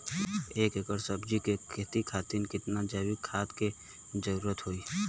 एक एकड़ सब्जी के खेती खातिर कितना जैविक खाद के जरूरत होई?